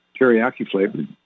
teriyaki-flavored